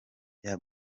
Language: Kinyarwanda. bya